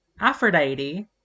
Aphrodite